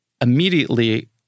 immediately